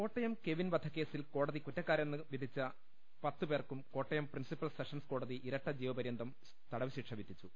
Kottayam Kevin വധക്കേസിൽ കോടതി കുറ്റക്കാരെന്ന് വിധിച്ച പത്തു പേർക്കും കോട്ടയം പ്രിൻസിപ്പൽ സെഷൻസ് കോടതി ഇരട്ട ജീവപര്യന്തം തടവു ശിക്ഷ വിധിച്ചു